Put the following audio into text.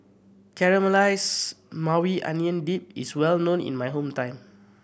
Caramelized Maui Onion Dip is well known in my hometown